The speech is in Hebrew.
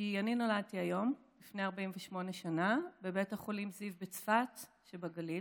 כי נולדתי היום לפני 48 שנה בבית החולים זיו בצפת שבגליל.